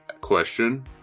question